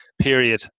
period